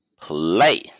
Play